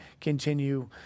continue